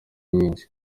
nyinshi